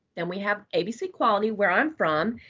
then we have abc quality where i'm from,